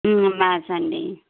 మార్చండి